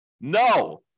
No